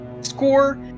score